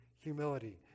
humility